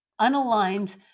unaligned